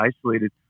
isolated